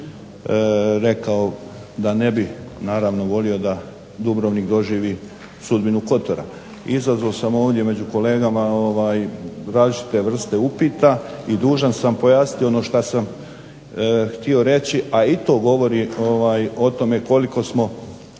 rekao da ne bih naravno volio da Dubrovnik doživi sudbinu Kotora. Izazvao sam ovdje među kolegama različite vrste upita i dužan sam pojasniti ono što sam htio reći, a i to govori o tome koliko smo